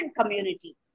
community